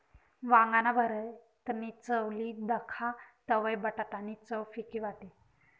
वांगाना भरीतनी चव ली दखा तवयं बटाटा नी चव फिकी वाटी